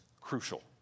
crucial